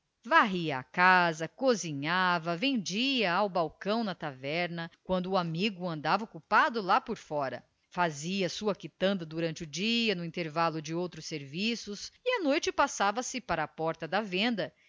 a casa cozinhava vendia ao balcão na taverna quando o amigo andava ocupado lá por fora fazia a sua quitanda durante o dia no intervalo de outros serviços e à noite passava-se para a porta da venda